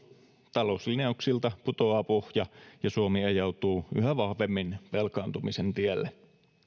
talouslinjauksilta putoaa pohja ja suomi ajautuu yhä vahvemmin velkaantumisen tielle